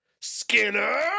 Skinner